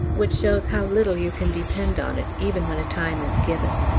which shows how little you can depend on it, even when a time is given.